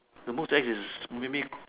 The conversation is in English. the most ex is maybe